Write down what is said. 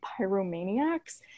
pyromaniacs